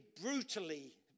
brutally